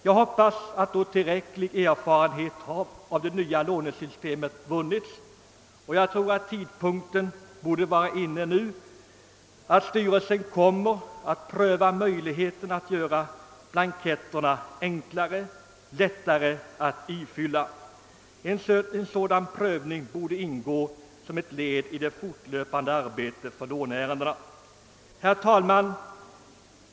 Jag hoppas att då tillräcklig erfarenhet av det nya finansieringssystemet vunnits — och jag tror att denna tidpunkt nu borde vara inne — myndigheten skall pröva möjligheten att göra blanketterna enklare och lättare att ifylla. En sådan prövning borde ingå som ett led i det fortlöpande arbetet med låneärendena. Herr talman!